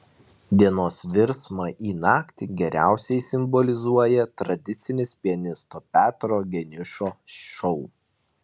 dienos virsmą į naktį geriausiai simbolizuoja tradicinis pianisto petro geniušo šou